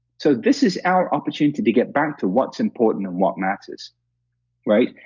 so, this is our opportunity to get back to what's important and what matters right?